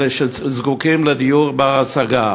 כאלה שזקוקים לדיור בר-השגה.